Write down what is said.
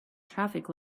traffic